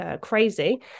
crazy